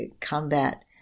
combat